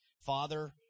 Father